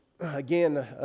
Again